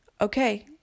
Okay